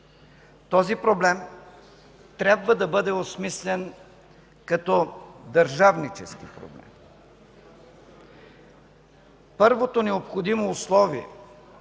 Този проблем трябва да бъде осмислен като държавнически. Първото необходимо условие